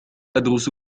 أدرس